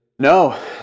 No